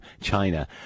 China